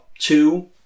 Two